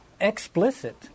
explicit